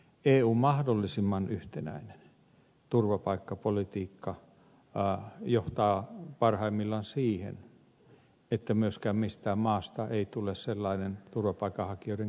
eun mahdollisimman yhtenäinen turvapaikkapolitiikka johtaa parhaimmillaan siihen että myöskään mistään maasta ei tule turvapaikanhakijoiden keskittymä